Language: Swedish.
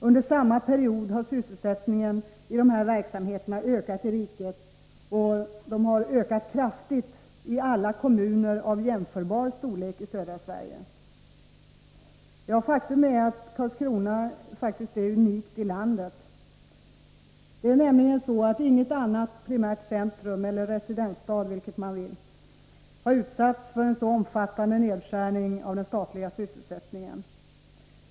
Under samma period har sysselsättningen i dessa verksamheter ökat i riket, och den har ökat kraftigt i alla kommuner av jämförbar storlek i södra Sverige. Faktum är att Karlskrona är unikt i landet. Det är nämligen så att inget annat primärt centrum eller ingen residensstad — vilket man vill — har utsatts för en så omfattande nedskärning av den statliga sysselsättningen.